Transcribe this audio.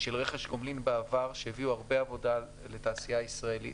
של רכש גומלין בעבר שהביאו הרבה עבודה לתעשייה הישראלית.